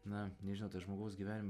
na nežinau to žmogaus gyvenim